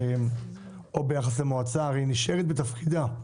או ביחס למליאה - הרי היא נשארת בתפקידה.